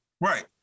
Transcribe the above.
Right